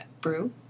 Brew